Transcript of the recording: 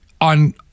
on